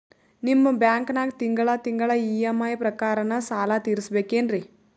ನಿಮ್ಮ ಬ್ಯಾಂಕನಾಗ ತಿಂಗಳ ತಿಂಗಳ ಇ.ಎಂ.ಐ ಪ್ರಕಾರನ ಸಾಲ ತೀರಿಸಬೇಕೆನ್ರೀ?